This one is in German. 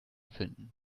finden